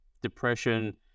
depression